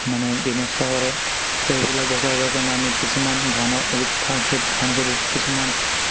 মানে বিনষ্ট কৰে তো সেইবিলাক বচাবৰ কাৰণে আমি কিছুমান ধানত খেতি ধানখেতিত কিছুমান